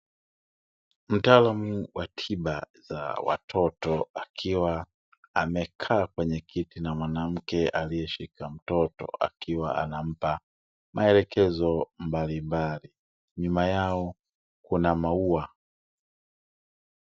Mtaalamu wa tiba za watoto akiwa amekaa kwenye kiti na mwanamke aliyeshika mtoto akiwa anampa maelekezo mbalimbali, nyuma yao kuna maua.